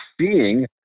seeing